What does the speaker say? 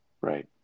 Right